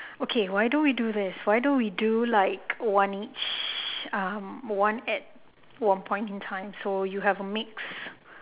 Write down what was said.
okay why don't we do this why don't we do like one each um one at one point in time so you have a mixed